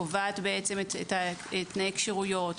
קובעת את תנאי הכשירויות,